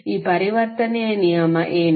ಆ ಪರಿವರ್ತನೆ ನಿಯಮ ಏನು